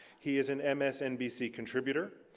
he is an msnbc contributor,